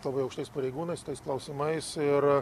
labai aukštais pareigūnais tais klausimais ir